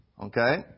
Okay